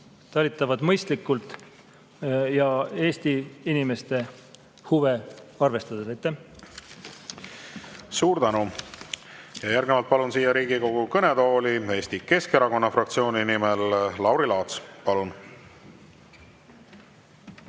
talitavad mõistlikult ja Eesti inimeste huve arvestades. Aitäh! Suur tänu! Järgnevalt palun siia Riigikogu kõnetooli Eesti Keskerakonna fraktsiooni nimel kõnelema Lauri Laatsi. Palun!